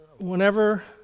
Whenever